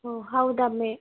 ಓಹ್ ಹೌದಾ ಮೆ